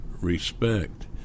respect